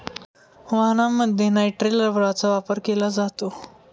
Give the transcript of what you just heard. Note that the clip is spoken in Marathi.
वाहनांमध्ये नायट्रिल रबरचा वापर केला जातो